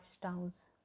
towns